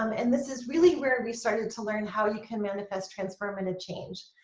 um and this is really where we started to learn how you can manifest transformative change.